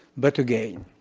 but again,